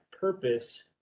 purpose